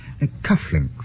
Cufflinks